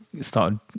started